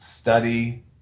study